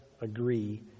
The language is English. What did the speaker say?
agree